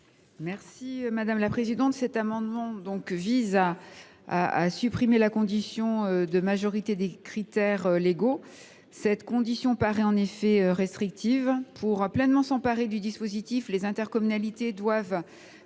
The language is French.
l’avis de la commission ? Ces amendements visent à supprimer la condition de majorité des critères légaux. Cette condition paraît en effet restrictive. Pour pleinement s’emparer du dispositif, les intercommunalités doivent